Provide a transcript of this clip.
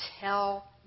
tell